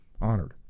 honored